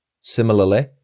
Similarly